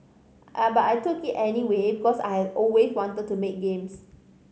but I took it anyway because I had always wanted to make games